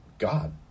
god